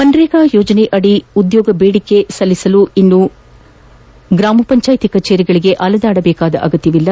ಮನ್ರೇಗಾ ಯೋಜನೆಯಡಿ ಉದ್ಯೋಗ ಬೇಡಿಕೆ ಸಲ್ಲಿಸಲು ಇನ್ನು ಗ್ರಾಮಪಂಚಾಯಿತಿ ಕಚೇರಿಗಳಿಗೆ ಅಲೆಯುವ ಅಗತ್ಯವಿಲ್ಲ